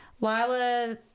Lila